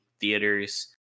theaters